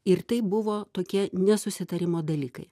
ir tai buvo tokie nesusitarimo dalykai